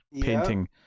painting